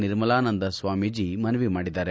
ನಿರ್ಮಲಾನಂದ ಸ್ವಾಮಿಜಿ ಮನವಿ ಮಾಡಿದ್ದಾರೆ